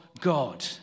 God